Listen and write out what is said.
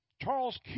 Charles